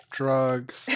drugs